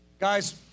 Guys